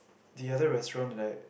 the other restaurant right